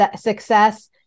success